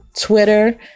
Twitter